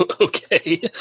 Okay